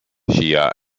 shea